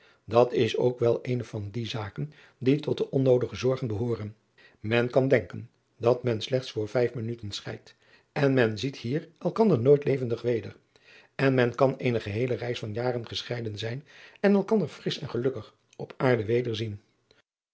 at is ook wel eene van die zaken die tot de onnoodige zorgen behooren en kan denken dat men slechts voor vijf minuten scheidt en nien ziet hier elkander nooit levendig weder en men kan eene geheele reeks van jaren gescheiden zijn en elkander frisch en gelukkig op aarde